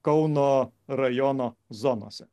kauno rajono zonose